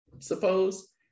suppose